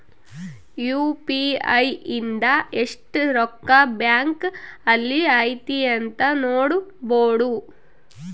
UPI ಇಂದ ಎಸ್ಟ್ ರೊಕ್ಕ ಬ್ಯಾಂಕ್ ಅಲ್ಲಿ ಐತಿ ಅಂತ ನೋಡ್ಬೊಡು